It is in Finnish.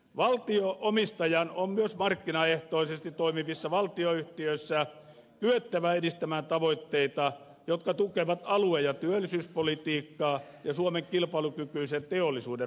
valtio omistajan on myös markkinaehtoisesti toimivissa valtionyhtiöissä kyettävä edistämään tavoitteita jotka tukevat alue ja työllisyyspolitiikkaa ja suomen kilpailukykyisen teollisuuden rakenteita